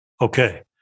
Okay